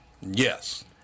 Yes